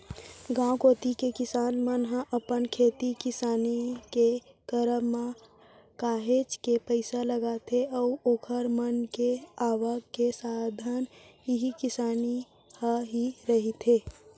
गांव कोती के किसान मन ह अपन खेती किसानी के करब म काहेच के पइसा लगाथे अऊ ओखर मन के आवक के साधन इही किसानी ह ही रहिथे